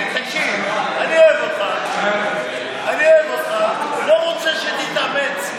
תקשיב, אני אוהב אותך, אני לא רוצה שתתאמץ.